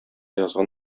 язган